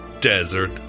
desert